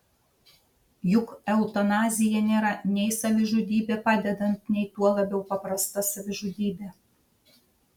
juk eutanazija nėra nei savižudybė padedant nei tuo labiau paprasta savižudybė